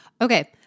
Okay